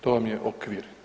To vam je okvir.